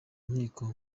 nkiko